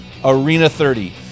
ARENA30